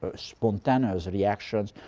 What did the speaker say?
so spontaneous reactions,